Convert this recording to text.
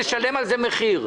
נשלם על זה מחיר.